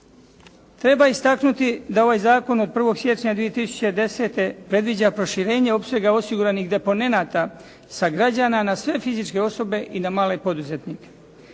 Treba istaknuti da ovaj zakon od 1. siječnja 2010. predviđa proširenje opsega osiguranih deponenata sa građana na sve fizičke osobe i na male poduzetnike.